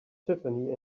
tiffany